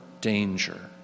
danger